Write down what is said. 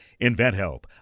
InventHelp